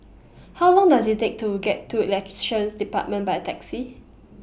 How Long Does IT Take to get to Elections department By Taxi